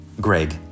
Greg